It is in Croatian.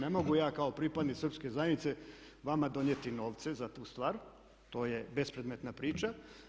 Ne mogu ja kao pripadnik srpske zajednice vama donijeti novce za tu stvar, to je bespredmetna priča.